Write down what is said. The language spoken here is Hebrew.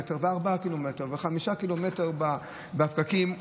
4 ו-5 קילומטרים בפקקים.